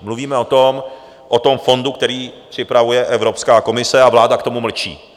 Mluvíme o tom fondu, který připravuje Evropská komise, a vláda k tomu mlčí.